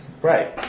Right